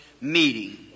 meeting